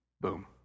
Boom